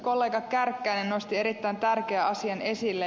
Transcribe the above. kollega kärkkäinen nosti erittäin tärkeän asian esille